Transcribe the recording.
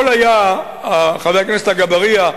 חבר הכנסת אגבאריה,